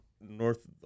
North